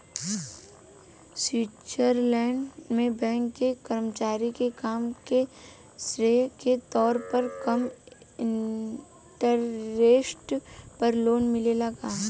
Switzerland में bank के कर्मचारी के काम के श्रेय के तौर पर कम इंटरेस्ट पर लोन मिलेला का?